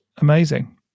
Amazing